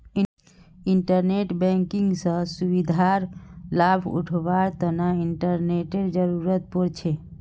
internet banking स सुविधार लाभ उठावार तना इंटरनेटेर जरुरत पोर छे